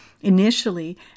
Initially